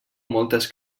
moltes